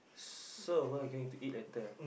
so what we going to eat later